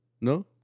No